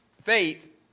Faith